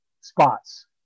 spots